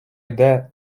йде